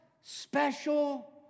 special